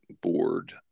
board